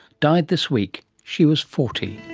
died this week. she was forty.